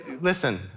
listen